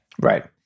Right